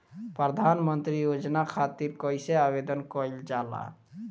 प्रधानमंत्री योजना खातिर कइसे आवेदन कइल जाला?